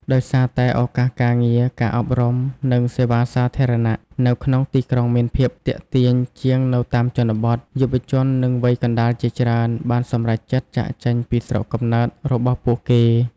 ដោយសារតែឱកាសការងារ ការអប់រំ និងសេវាសាធារណៈនៅក្នុងទីក្រុងមានភាពទាក់ទាញជាងនៅតាមជនបទ យុវជននិងវ័យកណ្ដាលជាច្រើន បានសម្រេចចិត្តចាកចេញពីស្រុកកំណើតរបស់ពួកគេ។